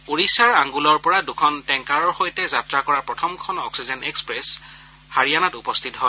ওডিশাৰ আঙ্গুলৰ পৰা দুখন টেংকাৰৰ সৈতে যাত্ৰা কৰা প্ৰথমখন অক্সিজেন এক্সপ্ৰেছ হাৰিয়ানাত উপস্থিত হয়